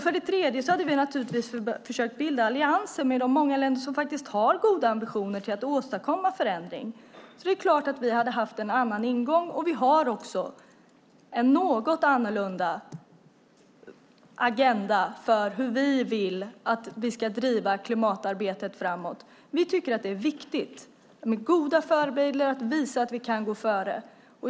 För det tredje hade vi naturligtvis försökt bilda allianser med de många länder som faktiskt har goda ambitioner att åstadkomma förändring. Det är klart att vi hade haft en annan ingång, och vi har också en något annorlunda agenda för hur vi vill att vi ska driva klimatarbetet framåt. Vi tycker att det är viktigt med goda förebilder, att visa att vi kan gå före.